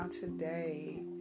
Today